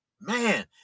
Man